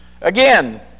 Again